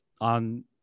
on